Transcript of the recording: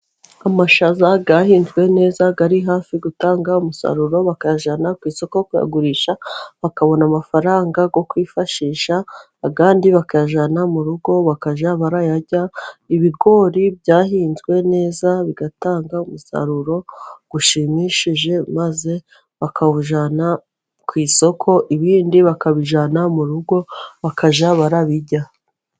Amashaza yahinzwe neza, ari hafi gutanga umusaruro bakayajyana ku isoko kuyagurisha, bakabona amafaranga yo kwifashisha, ayandi bakayajyana mu rugo bakajya barayarya, ibigori byahinzwe neza bitanga umusaruro ushimishije, maze bakawujyana ku isoko, ibindi bakabijyana mu rugo bakajya barabirya.